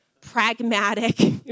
pragmatic